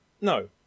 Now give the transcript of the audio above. No